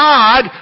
God